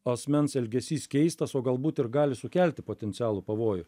asmens elgesys keistas o galbūt ir gali sukelti potencialų pavojų